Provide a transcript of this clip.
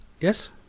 Yes